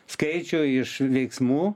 skaičių iš veiksmų